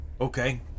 Okay